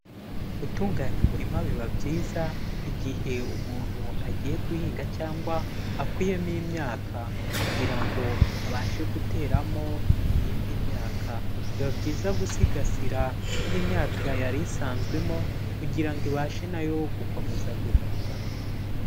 Gutunganya umurima biba byiza igihe umuntu agiye guhinga cyangwa akuyemo imyaka kugira ngo abashe guteramo iyindi myaka. Biba byiza gusigasira indi myaka yari isanzwemo kugira ngo ibashe na yo gukomeza gukura.